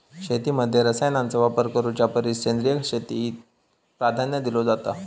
शेतीमध्ये रसायनांचा वापर करुच्या परिस सेंद्रिय शेतीक प्राधान्य दिलो जाता